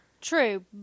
True